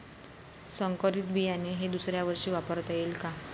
संकरीत बियाणे हे दुसऱ्यावर्षी वापरता येईन का?